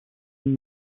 and